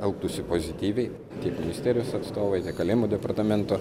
elgtųsi pozityviai tiek ministerijos atstovai tiek kalėjimų departamento